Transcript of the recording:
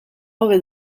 hobe